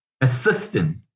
assistant